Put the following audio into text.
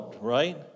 right